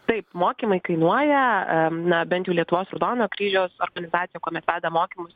taip mokymai kainuoja na bent jau lietuvos raudono kryžiaus organizacija kuomet vedam mokymus